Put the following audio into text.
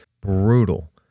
brutal